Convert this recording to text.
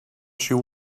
she